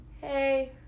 hey